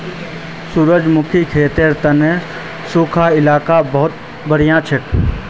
सूरजमुखीर खेतीर तने सुखा इलाका बहुत बढ़िया हछेक